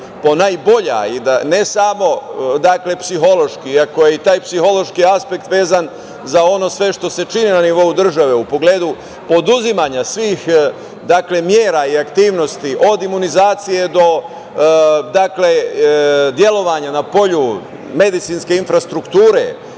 ponajbolja i ne samo psihološki, iako je i taj psihološki aspekt vezan za ono sve što se čini na nivou države u pogledu preduzimanja svih mera i aktivnosti od imunizacije do delovanja na polju medicinske infrastrukture,